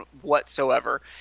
whatsoever